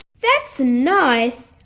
that's nice,